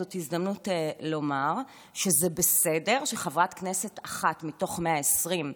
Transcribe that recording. זאת ההזדמנות לומר שזה בסדר שחברת כנסת אחת מתוך 120,